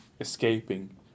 escaping